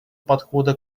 подхода